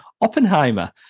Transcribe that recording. Oppenheimer